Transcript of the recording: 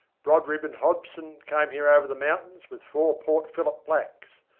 brodribb and hobson came here over the mountains with four port phillip blacks,